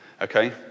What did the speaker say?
Okay